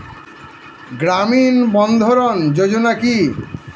গ্রামীণ বন্ধরন যোজনা কি?